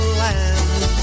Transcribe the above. land